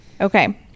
okay